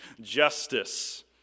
justice